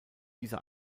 dieser